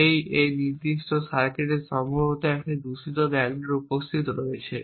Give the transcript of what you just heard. যে এই নির্দিষ্ট সার্কিটে সম্ভবত একটি দূষিত ব্যাকডোর উপস্থিত রয়েছে